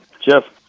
Jeff